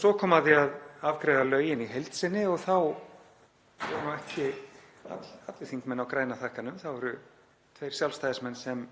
Svo kom að því að afgreiða lögin í heild sinni og þá voru nú ekki allir þingmenn á græna takkanum. Það voru tveir Sjálfstæðismenn sem